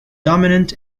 dominant